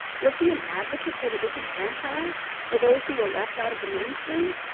was he an advocate for the disenfranchised, for those who were left out of the mainstream?